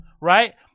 right